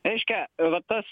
reiškia va tas